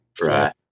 right